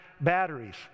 batteries